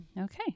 okay